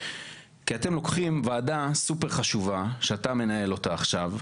כי אתם לוקחים ועדה סופר חשובה שאתה מנהל אותה עכשיו,